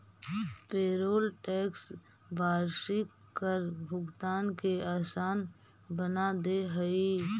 payroll tax वार्षिक कर भुगतान के असान बना दे हई